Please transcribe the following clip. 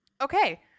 okay